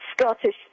Scottish